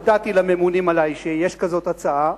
הודעתי לממונים עלי שיש כזאת הצעה,